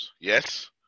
Yes